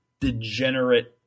degenerate